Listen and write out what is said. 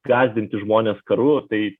gąsdinti žmones karu tai